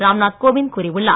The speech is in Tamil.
ராம் நாத் கோவிந்த் கூறியுள்ளார்